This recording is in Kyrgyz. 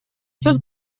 сөз